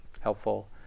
helpful